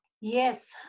Yes